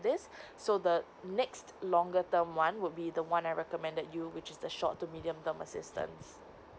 this so the next longer term one would be the one I recommend that you which is the short to medium term assistance